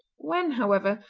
when, however,